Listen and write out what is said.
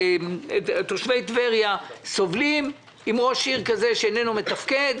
תושבי טבריה סובלים עם ראש עיר כזה שאיננו מתפקד,